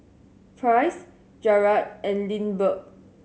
Price Jarad and Lindbergh